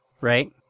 right